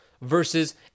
versus